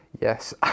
Yes